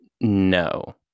No